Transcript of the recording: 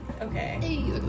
Okay